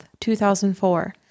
2004